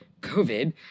COVID